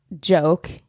joke